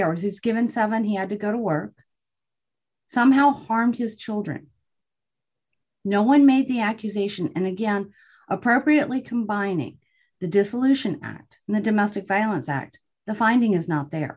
hours is given seven he had to go to work somehow harm his children no one made the accusation and again appropriately combining the dissolution act and the domestic violence act the finding is not there